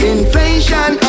Inflation